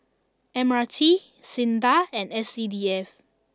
M R T Sinda and S C D F